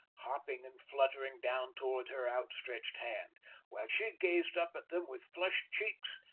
hopping and fluttering down towards her outstretched hand while she gazed up at them with flushed cheeks,